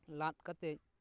ᱞᱟᱫ ᱠᱟᱛᱮᱫ